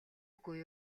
үгүй